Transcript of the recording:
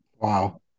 wow